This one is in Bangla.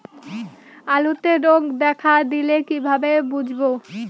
আলুতে রোগ দেখা দিলে কিভাবে বুঝবো?